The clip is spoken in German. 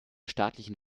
staatlichen